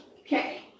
okay